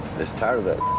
just tired of that